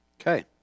Okay